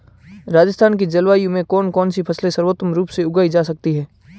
राजस्थान की जलवायु में कौन कौनसी फसलें सर्वोत्तम रूप से उगाई जा सकती हैं?